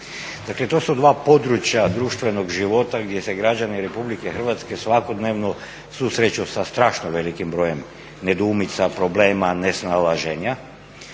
Dakle to su dva područja društvenog života gdje se građani RH svakodnevno susreću sa strašno velikim brojem nedoumica, problema, nesnalaženja